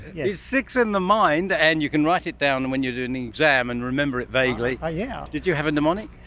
it it sticks in the mind, and you can write it down and when you're doing an exam and remember it vaguely, ah yeah did you have a mnemonic?